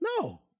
No